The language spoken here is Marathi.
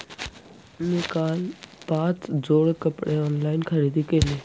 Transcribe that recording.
मी काल पाच जोड कपडे ऑनलाइन खरेदी केले